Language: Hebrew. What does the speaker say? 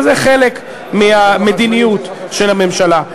וזה חלק מהמדיניות של הממשלה.